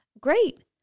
Great